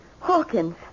Hawkins